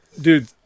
dude